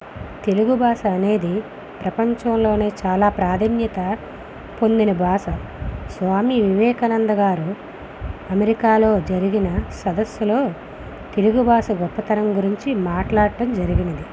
తెలుగు భాష అనేది ప్రపంచంలో చాలా ప్రాధాన్యత పొందిన భాష స్వామి వివేకానంద గారు అమెరికాలో జరిగిన సదస్సులో తెలుగు భాష గొప్పతనం గురించి మాట్లాడటం జరిగింది